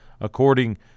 according